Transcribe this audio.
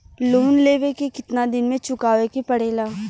Loan लेवे के कितना दिन मे चुकावे के पड़ेला?